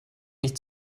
nicht